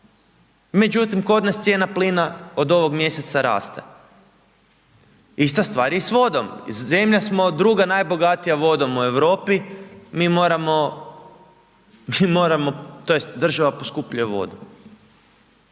Međutim kod nas cijena plina od ovog mjeseca raste. Ista stvar je i sa vodom, zemlja smo druga najbogatija vodom u Europi, mi moramo tj. država poskupljuje vodu.